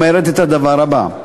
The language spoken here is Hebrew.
אומרת את הדבר הבא: